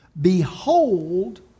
Behold